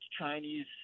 Chinese